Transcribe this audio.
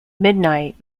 midnight